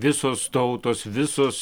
visos tautos visos